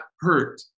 hurt